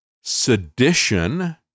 sedition